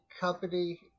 company